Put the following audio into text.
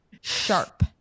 sharp